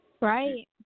Right